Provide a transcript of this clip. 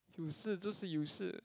you shi jiu shi you shi